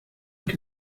que